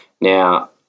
now